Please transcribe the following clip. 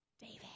David